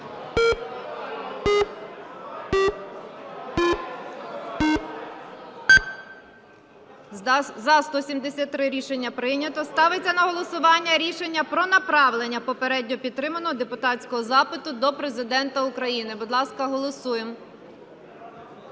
За-173 Рішення прийнято. Ставиться на голосування рішення про направлення попередньо підтриманого депутатського запиту до Президента України. Будь ласка, голосуємо.